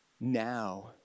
now